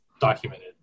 documented